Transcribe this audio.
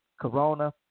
corona